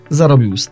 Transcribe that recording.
zarobił